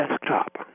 desktop